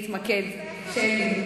להתמקד, שלי.